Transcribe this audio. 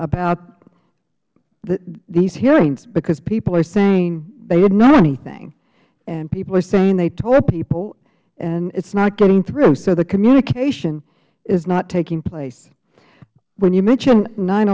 about these hearings because people are saying they didn't know anything and people are saying they told people and it's not getting through so the communication is not taking place when you mention